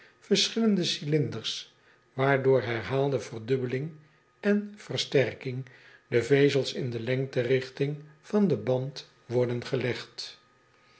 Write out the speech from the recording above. verschillende cylinders waar door herhaalde verdubbeling en verstrekking de vezels in de lengte rigting van het band worden gelegd